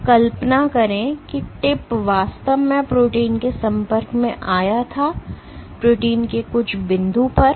तो कल्पना करें कि टिप वास्तव में प्रोटीन के संपर्क में आया था प्रोटीन के कुछ बिंदु पर